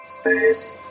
Space